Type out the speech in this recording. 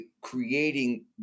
creating